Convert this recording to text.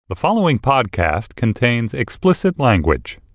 the following podcast contains explicit language.